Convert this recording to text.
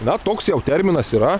na toks jau terminas yra